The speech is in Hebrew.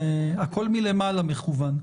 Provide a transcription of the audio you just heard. זה הכול מלמעלה מכוון...